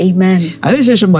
Amen